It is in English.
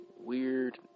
weird